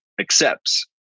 accepts